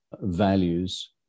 values